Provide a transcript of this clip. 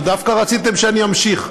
ודווקא רציתם שאני אמשיך.